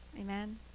amen